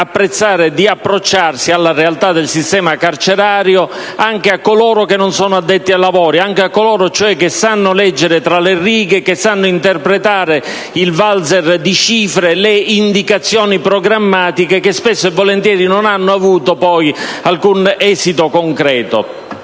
consentono un approccio alla realtà del sistema carcerario anche a coloro che non sono addetti ai lavori, cioè anche a coloro che sanno leggere tra le righe e sanno interpretare il valzer di cifre e le indicazioni programmatiche, che spesso non hanno avuto poi alcun esito concreto.